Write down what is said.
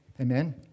Amen